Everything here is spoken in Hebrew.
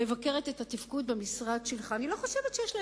מבקרות את התפקוד במשרד שלך,